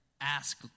ask